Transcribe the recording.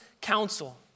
counsel